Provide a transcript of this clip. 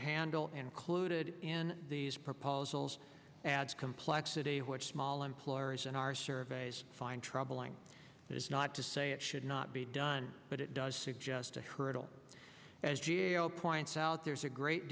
handle included in these proposals adds complexity which small employers in our surveys find troubling is not to say it should not be done but it does suggest a hurdle as g a o points out there's a great